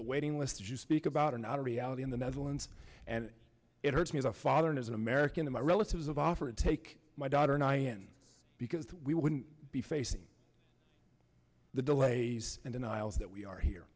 the waiting list you speak about are not a reality in the netherlands and it hurts me as a father and as an american to my relatives of offer to take my daughter and i and because we wouldn't be facing the delays and denials that we are here